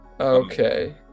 okay